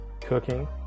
cooking